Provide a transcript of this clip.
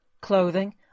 clothing